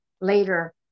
later